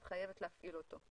את חייבת להפעיל אותו.